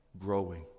growing